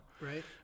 right